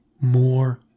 more